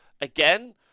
again